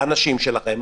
לאנשים שלכם,